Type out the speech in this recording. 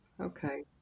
okay